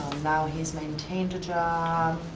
now he's maintained a job.